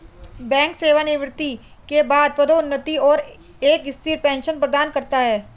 bank सेवानिवृत्ति के बाद पदोन्नति और एक स्थिर पेंशन प्रदान करता है